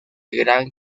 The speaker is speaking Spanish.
gran